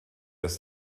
ist